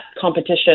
competition